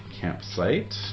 campsite